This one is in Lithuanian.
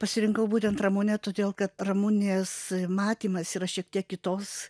pasirinkau būtent ramunę todėl kad ramunės matymas yra šiek tiek kitos